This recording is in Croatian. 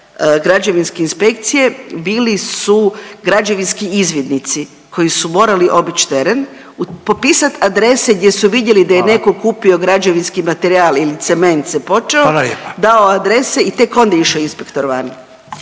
građevinske inspekcije bili su građevinski izvidnici koji su morali obić teren, popisat adrese gdje su vidjeli…/Upadica Radin: Hvala/… da je neko kupio građevinski materijal ili cement se počeo, …/Upadica Radin: Hvala